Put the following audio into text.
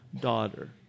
daughter